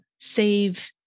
save